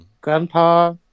Grandpa